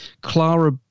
Clara